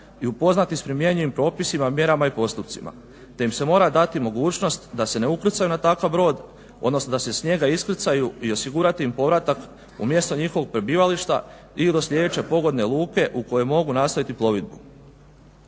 i upoznati s primjenjivim propisima, mjerama i postupcima te im se mora dati mogućnost da se ne ukrcaju na takav brod, odnosno da se s njega iskrcaju i osigurati im povratak u mjesto njihovog prebivališta ili do sljedeće pogodne luke u kojoj mogu nastaviti plovidbu.